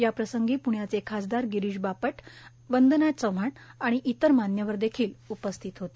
याप्रसंगी पुण्याचे खासदार गिरीष बापट वंदना चव्हाण आणि इतर मान्यवर उपस्थित होते